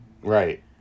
Right